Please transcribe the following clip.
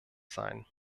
sein